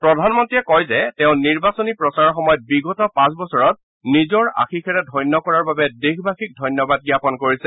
প্ৰধানমন্ত্ৰীয়ে কয় যে তেওঁ নিৰ্বাচনী প্ৰচাৰৰ সময়ত বিগত পাঁচ বছৰত নিজৰ আশীষেৰে ধন্য কৰাৰ বাবে দেশবাসীক ধন্যবাদ জ্ঞাপন কৰিছে